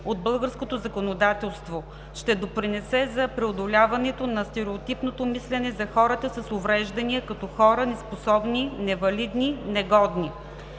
от българското законодателство, ще допринесе за преодоляването на стереотипното мислене за хората с увреждания като хора – „неспособни“, „невалидни“, „негодни“.